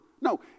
No